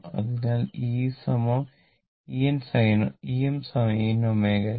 അതിനാൽ e Em sin ω t